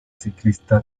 ciclista